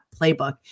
playbook